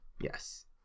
Yes